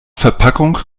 verpackung